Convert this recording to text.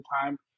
time